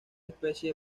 especie